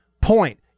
point